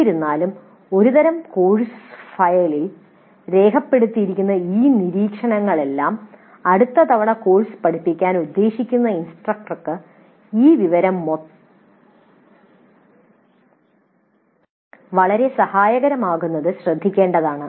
എന്നിരുന്നാലും ഒരുതരം കോഴ്സ് ഫയലിൽ രേഖപ്പെടുത്തിയിരിക്കുന്ന ഈ നിരീക്ഷണങ്ങളെല്ലാം അടുത്ത തവണ കോഴ്സ് പഠിപ്പിക്കാൻ ഉദ്ദേശിക്കുന്ന ഇൻസ്ട്രക്ടർക്ക് വളരെ സഹായകരമാകുമെന്നത് ശ്രദ്ധിക്കേണ്ടതാണ്